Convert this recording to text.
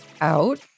out